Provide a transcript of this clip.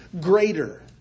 greater